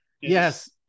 yes